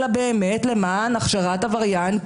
אלא באמת למען הכשרת עבריין,